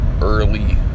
early